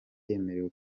yemerewe